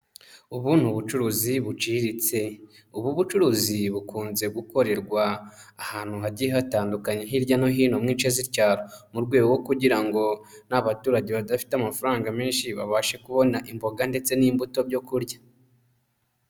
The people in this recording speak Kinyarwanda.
Ubu ni ubucuruzi buciriritse. Ubu bucuruzi bukunze gukorerwa ahantu hagiye hatandukanye hirya no hino muce z'icyaro, mu rwego kugira ngo n'abaturage badafite amafaranga menshi babashe kubona imboga ndetse n'imbuto byo kurya.